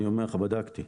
אני אומר לך, בדקתי.